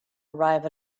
arrive